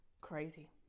crazy